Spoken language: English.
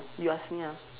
you ask me ah